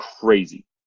crazy